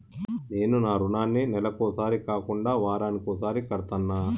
నేను నా రుణాన్ని నెలకొకసారి కాకుండా వారానికోసారి కడ్తన్నా